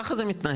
ככה זה מתנהל,